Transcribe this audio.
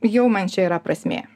jau man čia yra prasmė